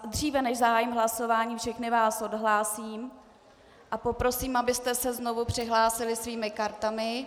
Dříve, než zahájím hlasování, všechny vás odhlásím a poprosím, abyste se znovu přihlásili svými kartami.